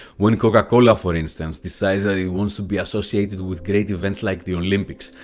when coca-cola, for instance, decides that it wants to be associated with great events like the olympics,